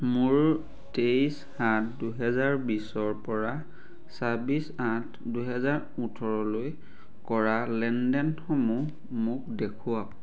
মোৰ তেইছ সাত দুহেজাৰ বিছৰপৰা চাব্বিছ আঠ দুহেজাৰ ওঠৰলৈ কৰা লেনদেনসমূহ মোক দেখুৱাওক